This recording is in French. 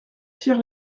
cyr